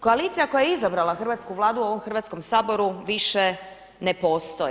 Koalicija koja je izabrala hrvatsku Vladu u ovom Hrvatskom saboru više ne postoji.